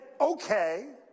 okay